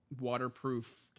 waterproof